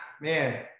man